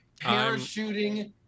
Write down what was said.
parachuting